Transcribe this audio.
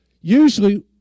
usually